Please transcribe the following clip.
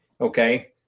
Okay